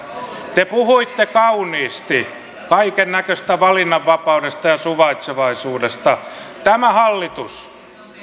te puhuitte kauniisti kaikennäköistä valinnanvapaudesta ja suvaitsevaisuudesta tämä hallitus